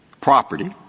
property